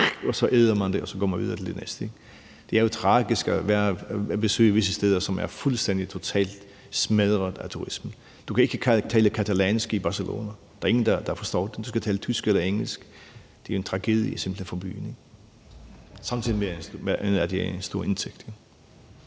og så æder man det og går videre til det næste, ikke? Det er jo tragisk at besøge visse steder, som er fuldstændig totalt smadret af turismen. Du kan ikke tale catalansk i Barcelona – der er ingen, der forstår det. Du skal tale tysk eller engelsk. Det er simpelt hen en tragedie for byen, men samtidig er det en stor indtægtskilde.